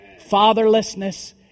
Fatherlessness